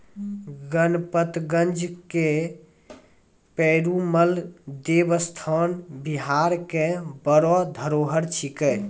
गणपतगंज के पेरूमल देवस्थान बिहार के बड़ो धरोहर छिकै